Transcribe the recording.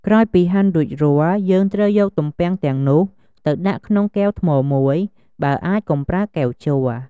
ក្រោយពីហាន់រួចរាល់ យើងត្រូវយកទំពាំងទាំងនោះទៅដាក់ក្នុងកែវថ្មមួយ បើអាច កុំប្រើកែវជ័រ។